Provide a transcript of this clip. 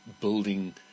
building –